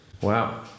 Wow